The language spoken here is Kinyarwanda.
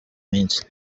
minsi